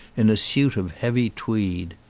in a suit of heavy tweed.